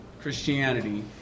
Christianity